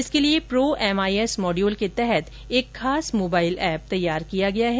इसके लिए pro MIS module के तहत एक खास मोबाईल एप तैयार किया गया है